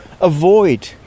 avoid